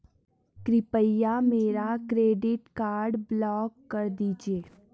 कृपया मेरा credit card block कर दीजिए